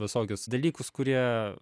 visokius dalykus kurie